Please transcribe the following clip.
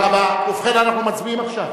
עכשיו.